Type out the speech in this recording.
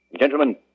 Gentlemen